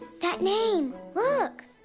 that name, look!